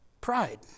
Pride